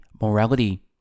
morality